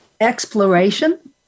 exploration